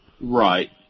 Right